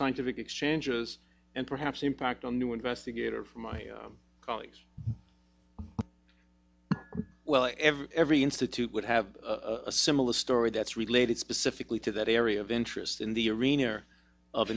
scientific exchanges and perhaps impact on new investigator for my well every every institute would have a similar story that's related specifically to that area of interest in the arena of